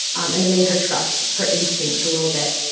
and it made her trust her instincts a little bit